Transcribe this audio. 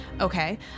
Okay